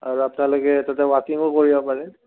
আৰু আপোনালোকে তাতে ৱাকিঙো কৰিব পাৰে